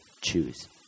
Choose